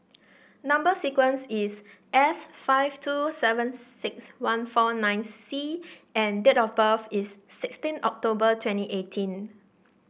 number sequence is S five two seven six one four nine C and date of birth is sixteen October twenty eighteen